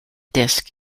disc